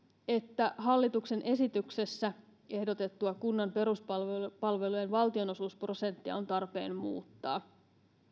että hallituksen esityksessä ehdotettua kunnan peruspalvelujen valtionosuusprosenttia on tarpeen muuttaa